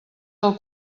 del